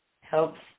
helps